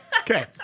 Okay